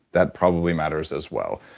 that probably matters as well.